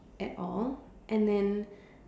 at all and then